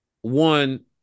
one